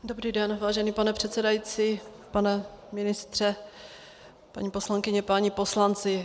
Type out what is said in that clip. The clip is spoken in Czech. Dobrý den, vážený pane předsedající, pane ministře, paní poslankyně, páni poslanci.